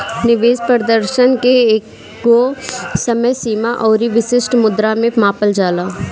निवेश प्रदर्शन के एकगो समय सीमा अउरी विशिष्ट मुद्रा में मापल जाला